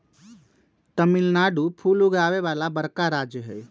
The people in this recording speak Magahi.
तमिलनाडु फूल उगावे वाला बड़का राज्य हई